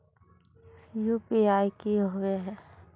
UPI की होबे है?